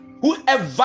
Whoever